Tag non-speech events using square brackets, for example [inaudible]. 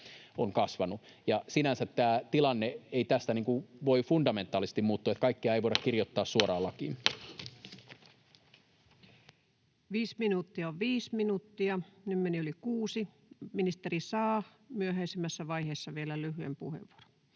on kasvanut. Sinänsä tämä tilanne ei tästä voi fundamentaalisesti muuttua, että kaikkea ei voida [noise] kirjoittaa suoraan lakiin. Viisi minuuttia on viisi minuuttia. Nyt meni yli kuusi. Ministeri saa myöhäisemmässä vaiheessa vielä lyhyen puheenvuoron.